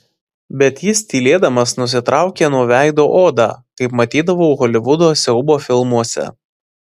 bet jis tylėdamas nusitraukė nuo veido odą kaip matydavau holivudo siaubo filmuose